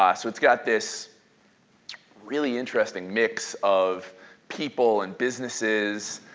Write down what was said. ah so it's got this really interesting mix of people and businesses.